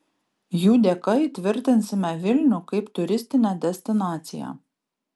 jų dėka įtvirtinsime vilnių kaip turistinę destinaciją